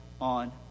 on